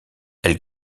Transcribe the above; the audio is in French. elle